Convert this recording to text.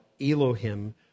Elohim